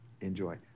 enjoy